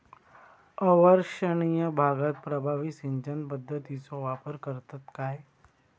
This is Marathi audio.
अवर्षणिय भागात प्रभावी सिंचन पद्धतीचो वापर करतत काय?